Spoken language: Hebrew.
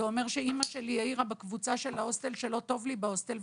זה אומר שאימא שלי העירה בקבוצה של ההוסטל שלא טוב לי בהוסטל,